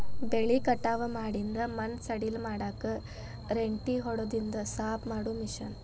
ಬೆಳಿ ಕಟಾವ ಮಾಡಿಂದ ಮಣ್ಣ ಸಡಿಲ ಮಾಡಾಕ ರೆಂಟಿ ಹೊಡದಿಂದ ಸಾಪ ಮಾಡು ಮಿಷನ್